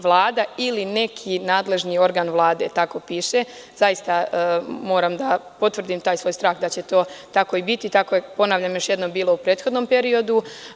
Vlada ili neki nadležni organ Vlade“, tako piše, i zaista moram da potvrdim taj svoj strah da će to tako i biti, jer je tako bilo i u prethodnom periodu.